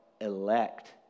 elect